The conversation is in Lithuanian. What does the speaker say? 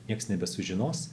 nieks nebesužinos